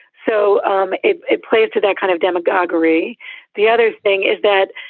so um it it plays to that kind of demagoguery. the other thing is that,